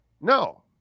No